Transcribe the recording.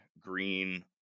green